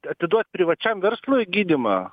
atiduot privačiam verslui gydymą